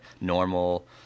normal